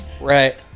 Right